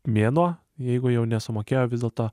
mėnuo jeigu jau nesumokėjo vis dėlto